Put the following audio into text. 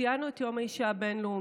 ציינו את יום האישה הבין-לאומי,